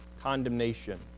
condemnation